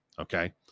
Okay